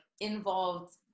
involved